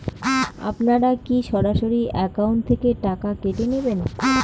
আপনারা কী সরাসরি একাউন্ট থেকে টাকা কেটে নেবেন?